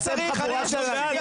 אתם חבורה של ...